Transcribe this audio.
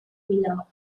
below